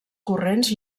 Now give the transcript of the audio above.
corrents